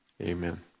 amen